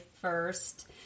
first